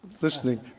listening